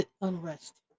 unrest